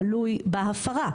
תלוי בהפרה.